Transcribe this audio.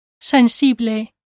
sensible